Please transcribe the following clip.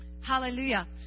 Hallelujah